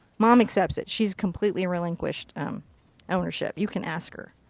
mom accepts it. she's completely relinquished ownership. you can ask her.